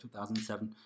2007